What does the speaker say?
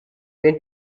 went